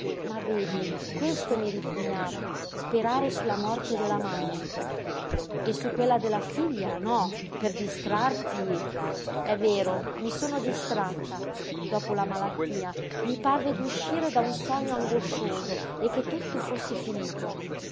ma vedi questo mi ripugnava sperare su la morte della mamma e su quella della figlia no per distrarti è vero mi sono distratta dopo la malattia mi parve d'uscire da un sogno angoscioso e che tutto fosse finito